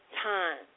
time